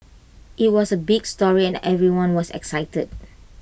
IT was A big story and everyone was excited